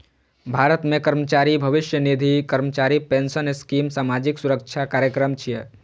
भारत मे कर्मचारी भविष्य निधि, कर्मचारी पेंशन स्कीम सामाजिक सुरक्षा कार्यक्रम छियै